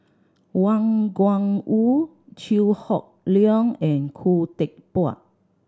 Wang Gungwu Chew Hock Leong and Khoo Teck Puat